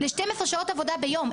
ל-12 שעות עבודה ביום,